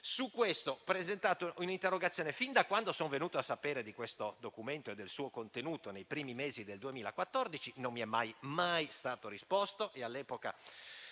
Su questo ho presentato un'interrogazione, fin da quando sono venuto a sapere di questo documento e del suo contenuto (nei primi mesi del 2014), ma non mi è mai stato risposto, e all'epoca